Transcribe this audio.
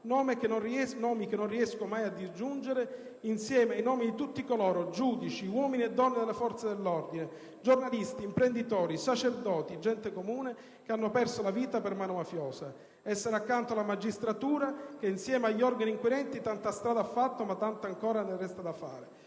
nomi che non riesco mai a disgiungere, insieme a quelli di tutti coloro - giudici, uomini e donne delle forze dell'ordine, giornalisti, imprenditori, sacerdoti, gente comune - che hanno perso la vita per mano mafiosa: essere accanto alla magistratura che, insieme agli organi inquirenti, tanta strada ha fatto (anche se ancora tanta ne resta da fare)